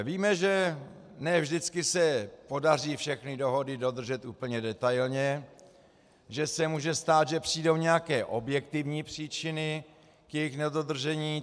Víme, že ne vždycky se podaří všechny dohody dodržet úplně detailně, že se může stát, že přijdou nějaké objektivní příčiny k jejich nedodržení.